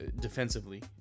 defensively